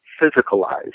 physicalized